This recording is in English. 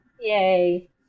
Yay